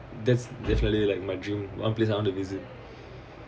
that's definitely like my dream one place I want to visit